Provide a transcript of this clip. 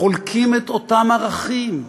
חולקים את אותם ערכים,